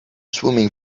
swimming